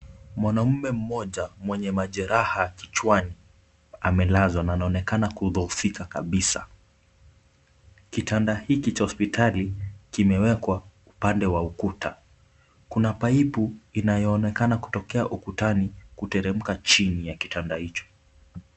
Mwanaume mmoja mwenye majeraha kichwani amelazwa na anaonekana kudhoofika kabisa. Kitanda hiki cha hospitali kimewekwa upande wa ukuta. Kuna paipu inayoonekana kutokea ukutani kuteremka chini ya kitanda hicho.